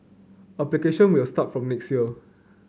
application will start from next year